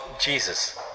Jesus